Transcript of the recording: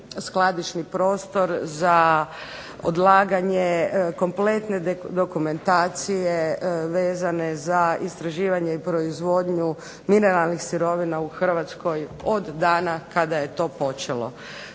skladišni prostor za odlaganje kompletne dokumentacije vezane za istraživanje i proizvodnju mineralnih sirovina u Hrvatskoj, od dana kada je to počelo.